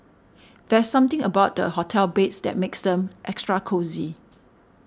there's something about the hotel beds that makes them extra cosy